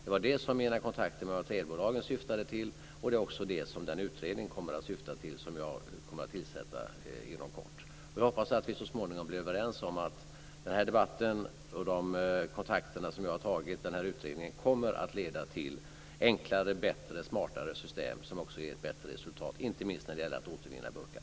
Det var det som mina kontakter med materialbolagen syftade till, och det är också det som den utredning kommer att syfta till som jag kommer att tillsätta inom kort. Jag hoppas att vi så småningom blir överens om att den här debatten och de kontakter som jag har tagit kommer att leda till enklare, bättre och smartare system som också ger ett bättre resultat, inte minst när det gäller att återvinna burken.